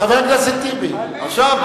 חבר הכנסת אורון.